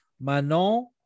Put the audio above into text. Manon